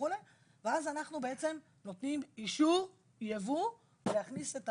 ואז אנחנו בעצם נותנים אישור ייבוא להכניס את